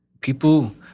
People